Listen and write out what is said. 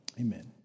Amen